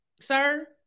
sir